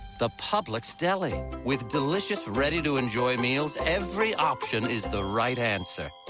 the publix deli. with delicious, ready to enjoy meals. every option is the right answer.